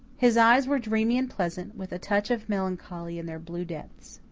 his eyes were dreamy and pleasant, with a touch of melancholy in their blue depths.